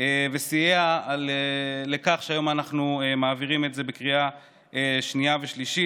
וסייע לכך שהיום אנחנו מעבירים את זה בקריאה שנייה ושלישית.